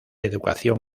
educación